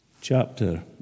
chapter